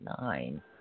nine